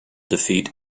defeat